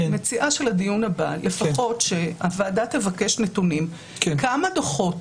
אני מציעה שלדיון הבא שהוועדה תבקש נתונים בעניינים הבאים: כמה דוחות